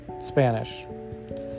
Spanish